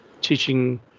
teaching